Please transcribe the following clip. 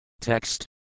Text